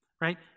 right